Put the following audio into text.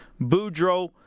Boudreaux